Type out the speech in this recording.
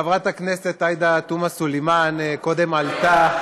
חברת הכנסת עאידה תומא סלימאן קודם עלתה